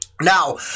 Now